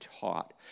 taught